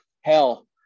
Hell